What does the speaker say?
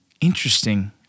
interesting